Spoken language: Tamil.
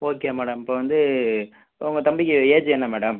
ஓகே மேடம் இப்போ வந்து உங்கள் தம்பிக்கு ஏஜ் என்ன மேடம்